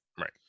right